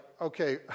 okay